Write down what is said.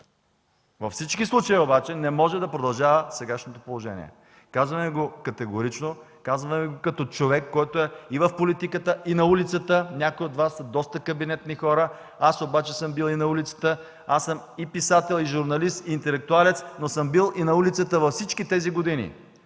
Във всички случаи обаче не може да продължава сегашното положение. Казвам Ви го категорично, казвам Ви го като човек, който е и в политиката, и на улицата. Някои от Вас са доста кабинетни хора. Аз обаче съм бил и на улицата, аз съм и писател, и журналист, интелектуалец, но съм бил и на улицата през всички тези години.